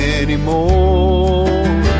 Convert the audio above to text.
anymore